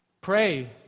Pray